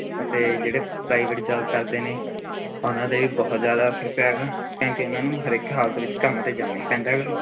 ਅਤੇ ਜਿਹੜੇ private job ਕਰਦੇ ਨੇ ਉਹਨਾਂ 'ਤੇ ਵੀ ਬਹੁਤ ਜ਼ਿਆਦਾ ਅਸਰ ਪਿਆ ਹੈਗਾ ਕਿਉਂਕਿ ਇਹਨਾਂ ਨੂੰ ਹਰ ਇੱਕ ਹਾਲਤ ਵਿੱਚ ਕੰਮ 'ਤੇ ਜਾਣਾ ਹੀ ਪੈਂਦਾ ਗਾ